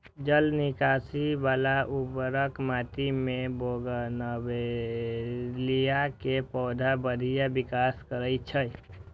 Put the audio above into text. जल निकासी बला उर्वर माटि मे बोगनवेलिया के पौधा बढ़िया विकास करै छै